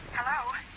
Hello